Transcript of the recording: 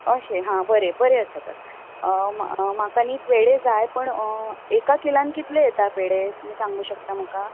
अशें हां बरें बरें आसा तर म्हाका न्हय पेडे जाय पूण एका किलान कितलें येता पेडे तुमी सांगू शकता म्हाका